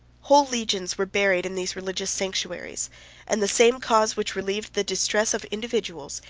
whole legions were buried in these religious sanctuaries and the same cause, which relieved the distress of individuals,